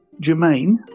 Jermaine